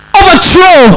overthrow